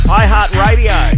iHeartRadio